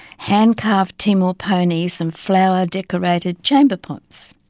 hand-carved timor ponies and flower decorated chamber pots.